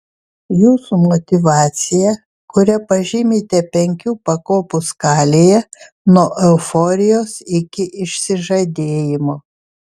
jūsų motyvacija kurią pažymite penkių pakopų skalėje nuo euforijos iki išsižadėjimo